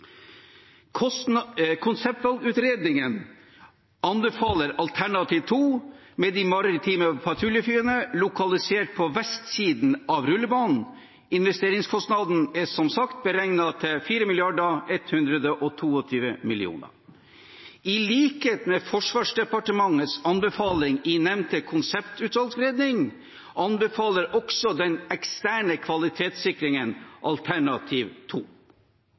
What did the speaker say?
alternativene. Konseptvalgutredningen anbefaler alternativ 2, med de maritime patruljeflyene lokalisert på vestsiden av rullebanen. Investeringskostnaden er som sagt beregnet til 4,122 mrd. kr. I likhet med Forsvarsdepartementets anbefaling i nevnte konseptvalgutredning anbefaler også den eksterne kvalitetssikringen alternativ